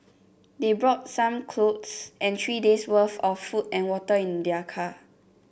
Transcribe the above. they brought some clothes and three days' worth of food and water in their car